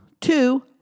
two